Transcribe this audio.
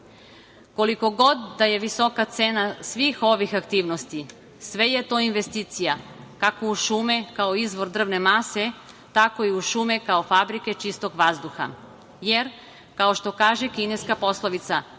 sistem. Koliko god da je visoka cena svih ovih aktivnosti, sve je to investicija kako u šume, kao izvor drvne mase, tako i u šume kao fabrike čistog vazduha, jer kao što kaže kineska poslovica